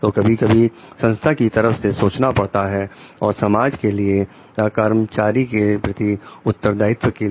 तो कभी कभी संस्था की तरफ से सोचना पड़ता है और समाज के लिए या कर्मचारी के प्रति उत्तरदायित्व के लिए